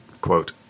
quote